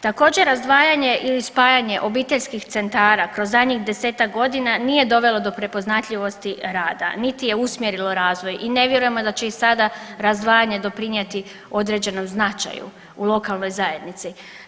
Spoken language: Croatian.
Također, razdvajanje ili spajanje obiteljskih centara kroz zadnjih 10-ak godina nije dovelo do prepoznatljivosti rada niti je usmjerilo razvoj i ne vjerujemo da će i sada razdvajanje doprinijeti određenom značaju u lokalnoj zajednici.